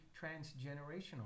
transgenerational